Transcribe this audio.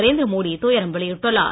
நரேந்திர மோடி துயரம் வெளியிட்டுள்ளார்